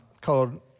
called